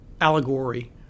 allegory